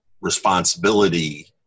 responsibility